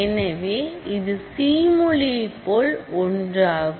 எனவே இது சி மொழியை போல் ஒன்றாகும்